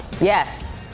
yes